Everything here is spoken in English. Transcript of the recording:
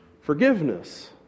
forgiveness